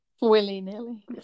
Willy-nilly